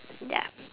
ya